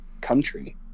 country